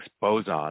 boson